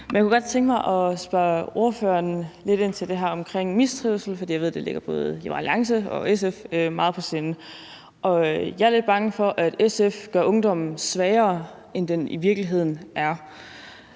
Jeg kunne godt tænke mig at spørge ordføreren lidt ind til det med mistrivsel, for jeg ved, det både ligger Liberal Alliance og SF meget på sinde. Jeg er lidt bange for, at SF gør ungdommen svagere, end den i virkeligheden er.